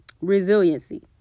resiliency